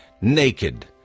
naked